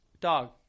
Dog